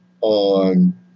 on